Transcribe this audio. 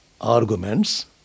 arguments